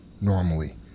normally